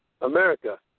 America